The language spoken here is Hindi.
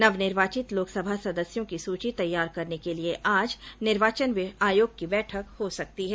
नव निर्वाचित लोकसभा सदस्यों की सुची तैयार करने के लिए आज निर्वाचन आयोग की बैठक हो सकती है